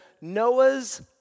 Noah's